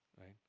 right